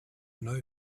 know